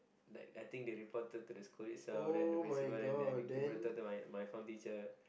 like I think they reported to the school itself and the principal reverted to my form teacher